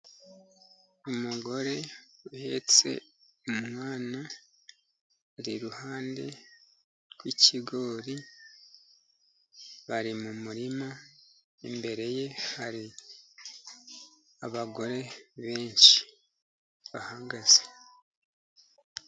Umugore uhetse umwana ari iruhande rw'ikigori, bari mu murima imbere ye hari abagore benshi bahagaze.